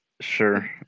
Sure